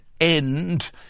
end